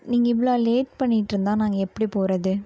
நீங்கள் இவ்வளோ லேட் பண்ணிட்டிருந்தா நாங்கள் எப்படி போவது